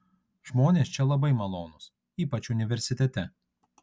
žmonės čia labai malonūs ypač universitete